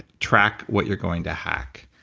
track what you're going to hack,